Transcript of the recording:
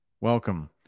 Welcome